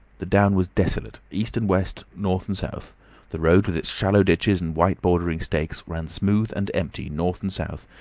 the down was desolate, east and west, north and south the road with its shallow ditches and white bordering stakes, ran smooth and empty north and south,